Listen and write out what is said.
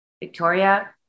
victoria